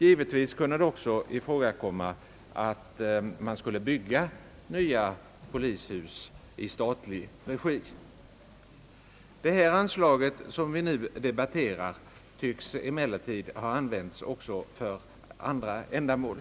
Givetvis kunde man också tänka sig att bygga nya polishus i statlig regi. Det anslag som vi nu debatterar tycks emellertid ha använts även för andra ändamål.